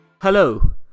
Hello